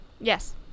yes